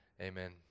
Amen